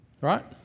Right